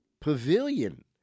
pavilion